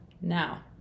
Now